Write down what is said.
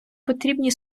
потрібні